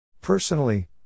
Personally